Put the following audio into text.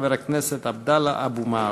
חבר הכנסת עבדאללה אבו מערוף.